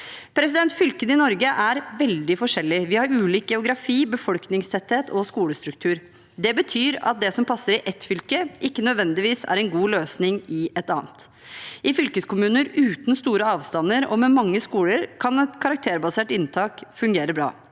Fylkene i Norge er veldig forskjellige. De har ulik geografi, befolkningstetthet og skolestruktur. Det betyr at det som passer i ett fylke, ikke nødvendigvis er en god løsning i et annet. I fylkeskommuner uten store avstander og med mange skoler kan et karakterbasert inntak fungere bra.